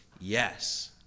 yes